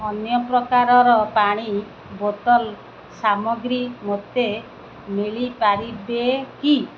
ଅନ୍ୟ ପ୍ରକାରର ପାଣି ବୋତଲ ସାମଗ୍ରୀ ମୋତେ ମିଳିପାରିବ କି